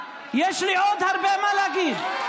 יש לי עוד הרבה מה להגיד.